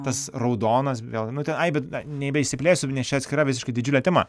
tas raudonas vėl nu ten ai bet nebeišsiplėsiu nes čia atskira visiškai didžiulė tema